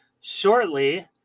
shortly